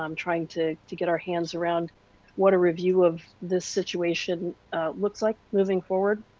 um trying to to get our hands around what a review of this situation looks like, moving forward.